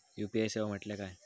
UPI सेवा म्हटल्या काय?